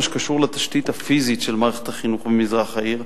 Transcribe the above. שקשור לתשתית הפיזית של מערכת החינוך במזרח העיר,